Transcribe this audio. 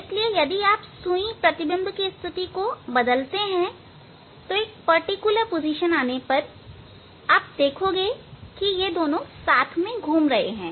इसलिए यदि आप सुई प्रतिबिंब की स्थिति को बदलते हैं तो एक विशेष स्थिति में आप देखेंगे कि दोनों साथ साथ घूम रहे हैं